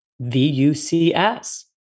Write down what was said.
V-U-C-S